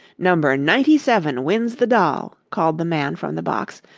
number ninety seven wins the doll, called the man from the box,